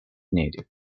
needed